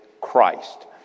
Christ